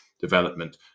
development